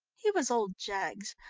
he was old jaggs.